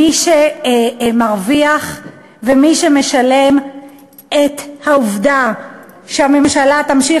מי שמרוויח ומי שמשלם את העובדה שהממשלה תמשיך